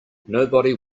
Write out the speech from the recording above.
nobody